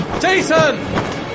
Jason